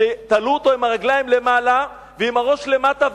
שתלו אותו עם הרגליים למעלה ועם הראש למטה,